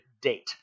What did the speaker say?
date